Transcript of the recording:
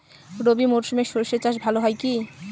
রবি মরশুমে সর্ষে চাস ভালো হয় কি?